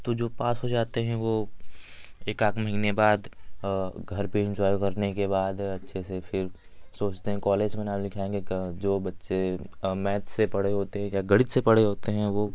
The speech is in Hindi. तो जो पास हो जाते हैं वो एकाध महीने बाद घर पे इंजॉय करने के बाद अच्छे से फिर सोचते हैं कॉलेज में नाम लिखाएँगे जो बच्चे मैथ्स से पढ़े होते हैं या गणित से पढ़े होते हैं वो